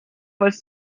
was